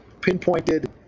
pinpointed